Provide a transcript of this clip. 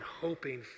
hoping